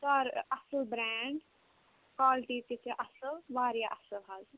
سر اَصٕل brand quality تہِ چھِ اصٕل وارِیاہ اَصٕل حظ